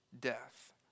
death